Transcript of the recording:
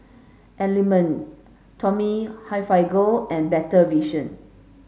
Element Tommy Hilfiger and Better Vision